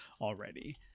already